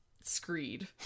screed